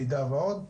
מידע ועוד.